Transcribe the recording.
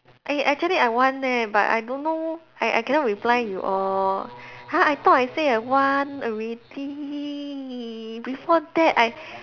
eh actually I want leh but I don't know I I cannot reply you all !huh! I thought I say I want already before that I